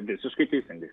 visiškai teisingai